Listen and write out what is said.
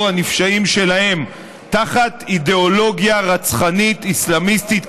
הנפשעים שלהם תחת אידיאולוגיה רצחנית אסלאמיסטית קיצונית,